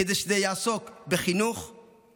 להקצות משאבים כדי שזה יעסוק בחינוך לסובלנות,